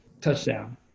touchdown